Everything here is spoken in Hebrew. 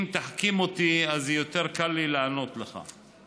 אם תחכים אותי, אז יהיה יותר קל לי לענות לך.